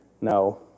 No